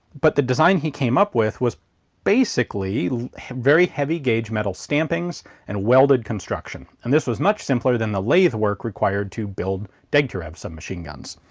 but the design, he came up with, was basically very heavy-gauge metal stampings and welded construction. and this was much simpler than the lathe work required to build degtyaryov's submachine guns.